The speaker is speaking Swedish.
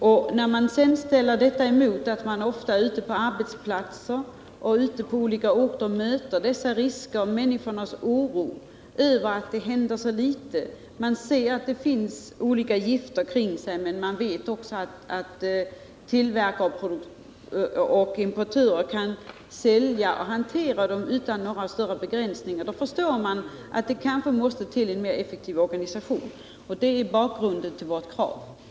Ute på arbetsplatser i olika orter möter man ofta dessa risker och upplever människornas oro över att det händer så litet. Man ser att det finns gifter i omgivningen, och man vet att tillverkare och importörer kan sälja och hantera dem utan några större begränsningar. Då förstår man att det kanske måste till en mer effektiv organisation. Det är bakgrunden till vårt krav.